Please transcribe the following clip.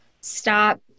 Stop